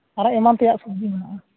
ᱟᱨᱚ ᱮᱢᱟᱱ ᱛᱮᱭᱟᱜ ᱥᱚᱵᱡᱤ ᱢᱮᱱᱟᱜᱼᱟ